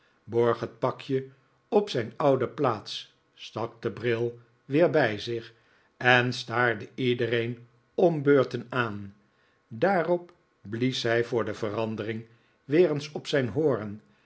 het pakje op zijn oude plaats stak den bril weer bij zich en staarde iedereen om beurten aan daarop blies hij voor de verandering weer eens op zijn hoorn